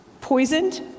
poisoned